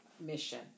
mission